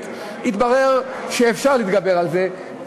התברר שאפשר להתגבר על זה,